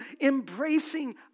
embracing